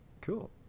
cool